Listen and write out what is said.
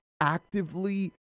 actively